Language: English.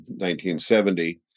1970